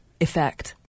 effect